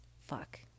Fuck